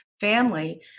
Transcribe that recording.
family